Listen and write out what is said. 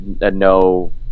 no